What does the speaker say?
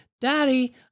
daddy